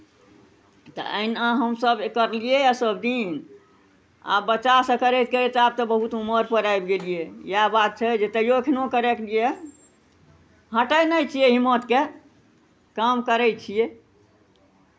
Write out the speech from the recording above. तऽ अहिना हमसभ ई करलियैए सभदिन आ बच्चासँ करयके अछि तऽ आब तऽ बहुत उमरपर आबि गेलियै इएह बात छै जे तैओ एखनहु करयके लिए हटै नहि छियै हिम्मतके काम करै छियै